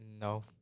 No